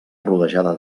rodejada